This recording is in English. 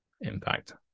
impact